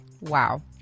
wow